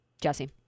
Jesse